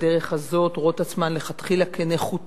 בדרך הזאת, שרואות את עצמן מלכתחילה כנחותות